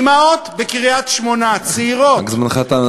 אימהות בקריית-שמונה, צעירות, זמנך תם.